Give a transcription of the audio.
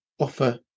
Offer